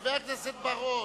חבר הכנסת בר-און,